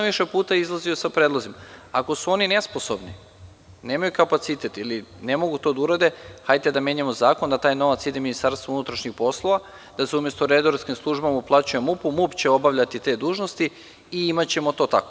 Više puta sam izlazio sa predlozima, ako su oni nesposobni, nemaju kapacitet ili ne mogu to da urade, hajde da menjamo zakon, da taj novac ide Ministarstvu unutrašnjih poslova, da se umesto redarskim službama uplaćuje MUP-u, MUP će obavljati te dužnosti i imaćemo to tako.